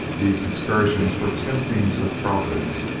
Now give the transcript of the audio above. these excursions were temptings of providence,